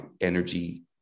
energy